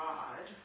God